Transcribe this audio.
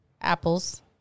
apples